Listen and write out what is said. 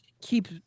keep